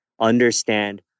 understand